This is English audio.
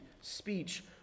speech